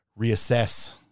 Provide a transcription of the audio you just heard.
reassess